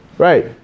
Right